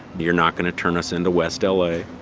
you're not going to turn us into west ah la.